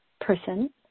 person